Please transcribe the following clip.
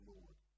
Lord